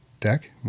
deck